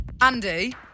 Andy